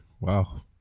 wow